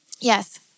Yes